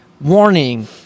warning